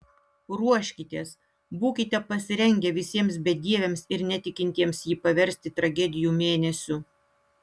ruoškitės būkite pasirengę visiems bedieviams ir netikintiems jį paversti tragedijų mėnesiu